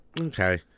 Okay